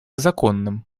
законным